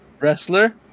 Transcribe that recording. wrestler